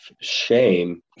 shame